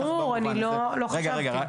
ברור, אני לא חשבתי.